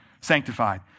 sanctified